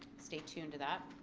stay tuned to that.